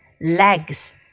legs